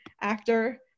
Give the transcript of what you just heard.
actor